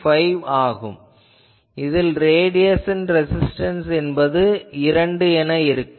5 ஆகும் இதில் radiation resistance என்பது 2 என இருக்கும்